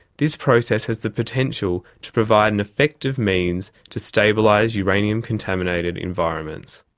this process has the potential to provide an effective means to stabilise uranium contaminated environments.